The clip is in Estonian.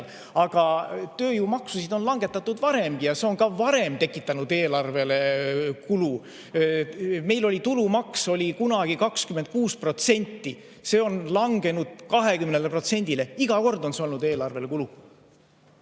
Aga tööjõumaksusid on langetatud varemgi ja see on ka varem tekitanud eelarvele kulu. Meil oli tulumaks kunagi 26%, see on langenud 20%‑le, iga kord on see olnud eelarvele kulu.